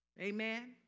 Amen